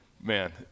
Man